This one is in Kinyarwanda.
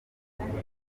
bizimana